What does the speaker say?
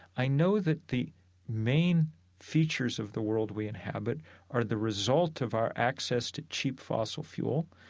i know that the main features of the world we inhabit are the result of our access to cheap fossil fuel.